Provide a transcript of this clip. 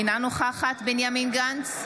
אינה נוכחת בנימין גנץ,